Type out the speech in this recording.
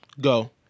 Go